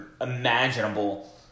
Imaginable